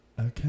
Okay